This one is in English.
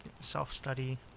self-study